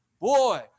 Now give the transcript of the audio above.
Boy